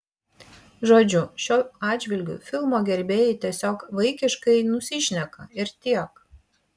žodžiu šiuo atžvilgiu filmo gerbėjai tiesiog vaikiškai nusišneka ir tiek